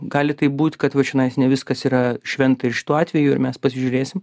gali taip būt kad va čianais ne viskas yra šventa ir šituo atveju ir mes pasižiūrėsim